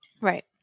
right